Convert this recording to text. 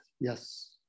Yes